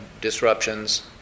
disruptions